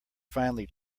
finely